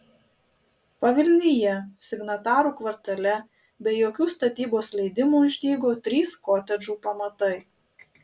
pavilnyje signatarų kvartale be jokių statybos leidimų išdygo trys kotedžų pamatai